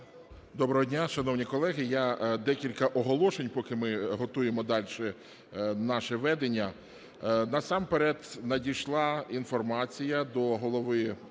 Добро дня, шановні колеги, я декілька оголошень, поки ми готуємо далі наше ведення. Насамперед надійшла інформація до Голови